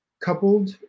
coupled